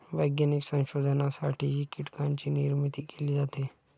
वैज्ञानिक संशोधनासाठीही कीटकांची निर्मिती केली जाते